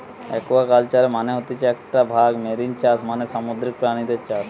একুয়াকালচারের মানে হতিছে একটো ভাগ মেরিন চাষ মানে সামুদ্রিক প্রাণীদের চাষ